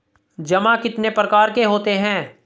जमा कितने प्रकार के होते हैं?